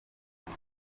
ako